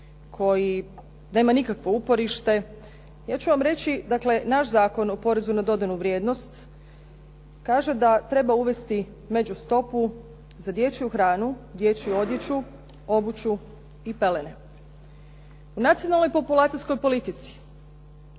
koji nema nikakvo uporište ja ću vam reći. Dakle, naš Zakon o porezu na dodanu vrijednost kaže da treba uvesti međustopu za dječju hranu, odjeću, obuću i pelene. U nacionalnoj populacijskoj politici